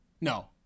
No